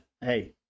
Hey